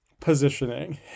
positioning